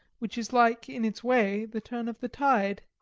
which is like, in its way, the turn of the tide.